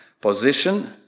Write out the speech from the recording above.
position